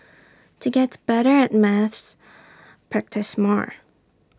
to get better at maths practise more